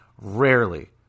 Rarely